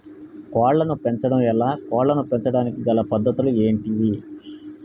కోళ్లను పెంచడం ఎలా, కోళ్లను పెంచడానికి గల పద్ధతులు ఏంటివి?